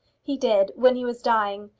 he did when he was dying.